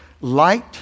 Light